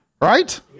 Right